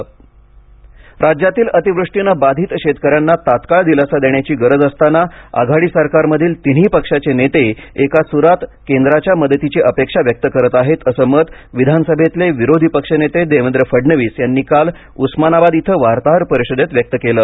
फडणवीस राज्यातील अतिवृष्टीनं बाधित शेतकऱ्यांना तात्काळ दिलासा देण्याची गरज असताना आघाडी सरकारमधील तिन्ही पक्षाचे नेते एका सुरात केंद्राच्या मदतीची अपेक्षा व्यक्त करत आहेत असं मत विधानसभेतले विरोधीपक्ष नेते देवेंद्र फडणविस यांनी काल उस्मानाबाद इतं वार्ताहर परिषदेत व्यक्त केलं